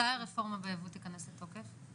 מתי הרפורמה בייבוא תיכנס לתוקף?